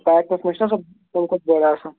packets منٛز چھے نہ سۄ امہِ کھۄتہٕ بٔڑ آسان